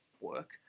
work